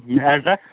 address